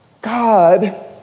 God